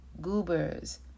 goobers